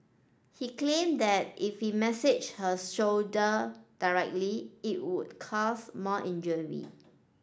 he claimed that if he massaged her shoulder directly it would cause more injury